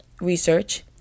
Research